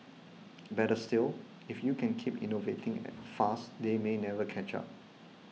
better still if you can keep innovating fast they may never catch up